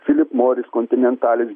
philip morris kontinentalis